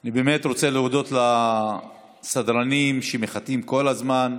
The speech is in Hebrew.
אני באמת רוצה להודות לסדרנים, שמחטאים כל הזמן,